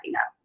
up